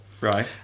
right